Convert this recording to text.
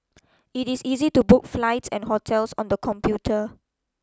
it is easy to book flights and hotels on the computer